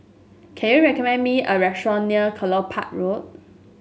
can you recommend me a restaurant near Kelopak Road